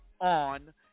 on